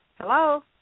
Hello